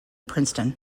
princeton